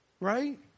right